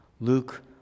Luke